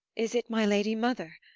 is it my lady mother?